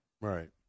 Right